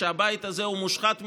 הטענה שהבית הזה הוא מושחת מיסודו,